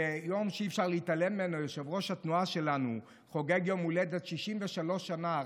יום שאי-אפשר להתעלם ממנו: יושב-ראש התנועה שלנו חוגג יום הולדת 63 שנה,